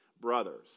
Brothers